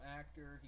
actor